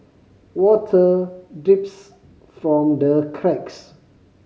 water drips from the cracks